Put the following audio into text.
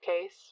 case